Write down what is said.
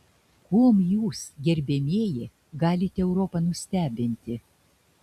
kuom jūs gerbiamieji galite europą nustebinti